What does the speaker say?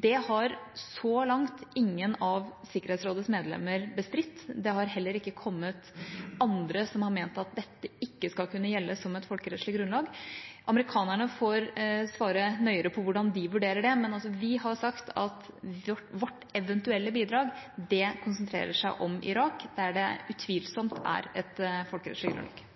Det har så langt ingen av Sikkerhetsrådets medlemmer bestridt. Det har heller ikke kommet andre som har ment at dette ikke skal kunne gjelde som et folkerettslig grunnlag. Amerikanerne får svare nøyere for hvordan de vurderer det, men vi har sagt at vårt eventuelle bidrag konsentrerer seg om Irak, der det utvilsomt er et folkerettslig grunnlag.